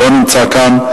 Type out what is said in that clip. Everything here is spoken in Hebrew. לא נמצא כאן,